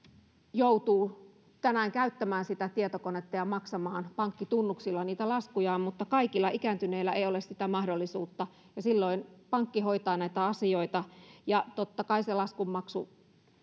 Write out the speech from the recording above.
joutuu tänään käyttämään sitä tietokonetta ja maksamaan pankkitunnuksilla niitä laskujaan mutta kaikilla ikääntyneillä ei ole sitä mahdollisuutta ja silloin pankki hoitaa näitä asioita totta kai se laskun maksu